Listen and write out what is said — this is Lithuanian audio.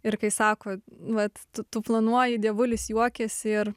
ir kai sako vat tu tu planuoji dievulis juokiasi ir